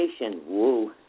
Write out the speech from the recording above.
Woo